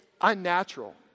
unnatural